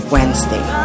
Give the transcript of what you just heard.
Wednesday